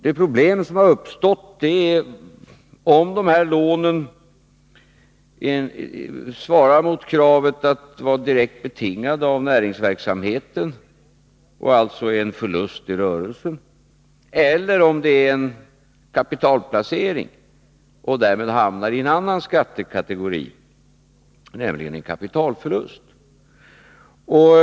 Det problem som uppstått är huruvida dessa lån svarar mot kravet att vara direkt betingade av näringsverksamheten och alltså är en förlust i rörelsen eller huruvida det är en kapitalplacering och därmed hamnar i en annan skattekategori, nämligen kapitalförlust.